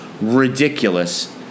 ridiculous